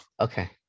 okay